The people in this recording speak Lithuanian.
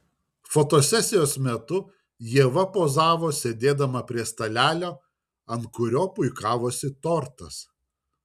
fotosesijos metu ieva pozavo sėdėdama prie stalelio ant kurio puikavosi tortas